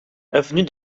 avenue